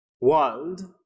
world